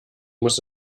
muss